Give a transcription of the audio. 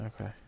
Okay